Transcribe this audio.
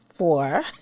four